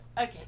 Okay